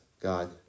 God